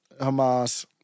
Hamas